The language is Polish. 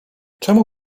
czemu